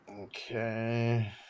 Okay